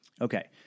Okay